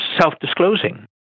self-disclosing